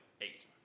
eight